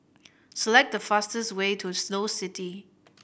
select the fastest way to Snow City